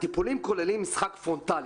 הטיפולים כוללים משחק פרונטלי,